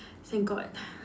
thank god